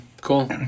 cool